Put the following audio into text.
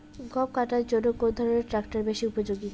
গম কাটার জন্য কোন ধরণের ট্রাক্টর বেশি উপযোগী?